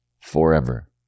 forever